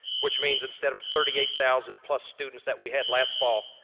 which means instead of thirty eight thousand plus students that we had last fall,